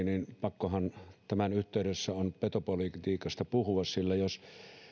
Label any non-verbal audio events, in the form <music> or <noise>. <unintelligible> niin pakkohan tämän yhteydessä on petopolitiikasta puhua sillä jos